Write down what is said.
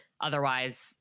Otherwise